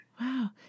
Wow